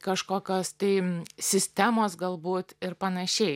kažkokios tai sistemos galbūt ir panašiai